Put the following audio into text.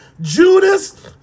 Judas